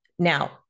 Now